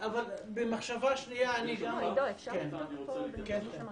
כבוד חבר הכנסת,